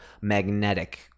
magnetic